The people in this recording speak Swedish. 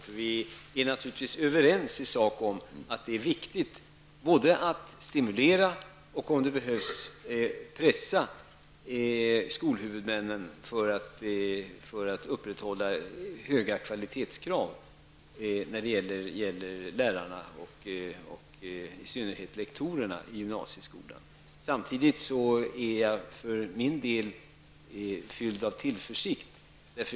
Birger Hagård och jag är naturligtvis överens i sak om att det är viktigt, både att stimulera och att -- om det behövs -- pressa skolhuvudmännen för att upprätthålla höga kvalitetskrav beträffande lärarna och i synnerhet lektorerna i gymnasieskolan. Samtidigt är jag för min del fylld av tillförsikt.